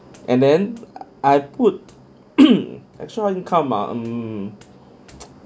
and then I put extra income ah mm